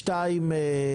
שתיים,